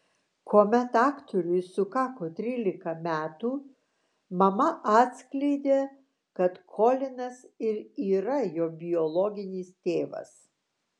kuomet aktoriui sukako trylika metų mama atskleidė kad kolinas ir yra jo biologinis tėvas